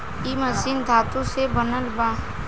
इ मशीन धातु से बनल बा